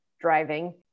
driving